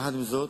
עם זאת,